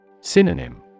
Synonym